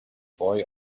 boy